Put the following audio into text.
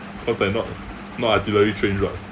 cause I not not artillery trench [what]